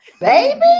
Baby